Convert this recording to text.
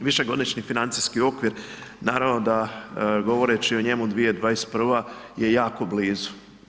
Višegodišnji financijski okvir, naravno da govoreći o njemu 2021. je jako blizu.